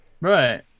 Right